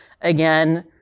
again